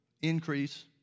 increase